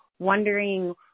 wondering